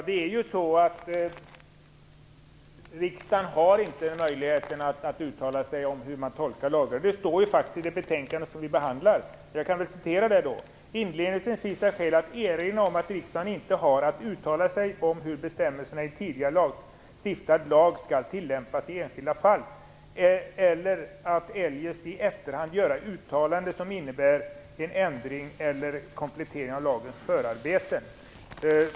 Herr talman! Riksdagen har inte möjlighet att uttala sig om hur man tolkar lagar. Det står faktiskt i det betänkande som vi behandlar: "Inledningsvis finns det skäl att erinra om att riksdagen inte har att uttala sig om hur bestämmelserna i en tidigare stiftad lag skall tillämpas i enskilda fall eller att eljest i efterhand göra uttalanden som innebär en ändring eller komplettering av lagens förarbeten."